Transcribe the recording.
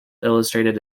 illustrated